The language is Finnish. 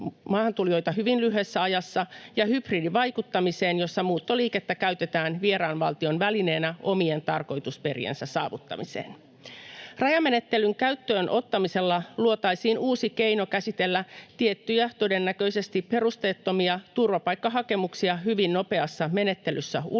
hyvin lyhyessä ajassa, ja hybridivaikuttamiseen, jossa muuttoliikettä käytetään vieraan valtion välineenä sen omien tarkoitusperien saavuttamiseen. Rajamenettelyn käyttöön ottamisella luotaisiin uusi keino käsitellä tiettyjä, todennäköisesti perusteettomia, turvapaikkahakemuksia hyvin nopeassa menettelyssä ulkorajalla,